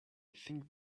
think